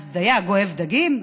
דייג אוהב דגים?